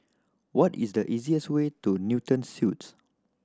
what is the easiest way to Newton Suites